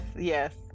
yes